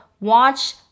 watch